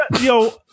yo